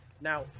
now